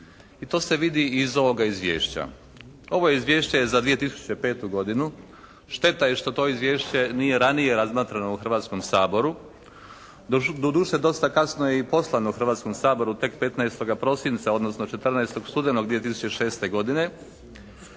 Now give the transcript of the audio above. i to se vidi iz ovoga Izvješća. Ovo Izvješće je za 2005. godinu. Šteta je što to izvješće nije ranije razmatrano u Hrvatskom saboru. Doduše dosta kasno je i poslano Hrvatskom saboru, tek 15. prosinca odnosno 14. studenog 2006. godine.